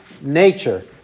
nature